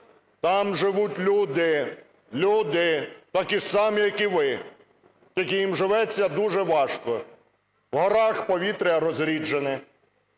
там живуть люди, люди такі ж самі, як і ви. Тільки їм живеться дуже важко. В горах повітря розріджене,